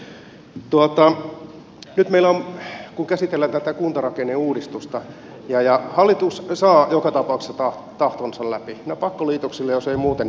nyt kun käsitellään tätä kuntarakenneuudistusta hallitus saa joka tapauksessa tahtonsa läpi pakkoliitoksilla jos ei muuten